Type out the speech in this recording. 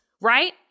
right